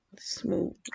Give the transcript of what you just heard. smooth